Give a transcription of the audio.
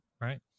right